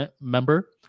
member